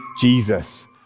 Jesus